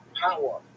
Power